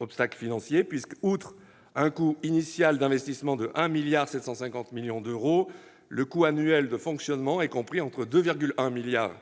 Ils sont enfin financiers, puisque, outre un coût initial d'investissement de 1,75 milliard d'euros, le coût annuel de fonctionnement est compris entre 2,1 milliards d'euros